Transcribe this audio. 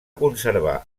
conservar